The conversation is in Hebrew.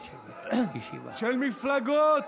של מפלגות,